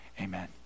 amen